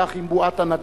כך עם בועת הנדל"ן,